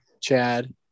Chad